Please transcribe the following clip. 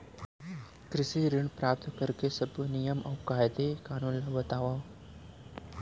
कृषि ऋण प्राप्त करेके सब्बो नियम अऊ कायदे कानून ला बतावव?